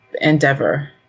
endeavor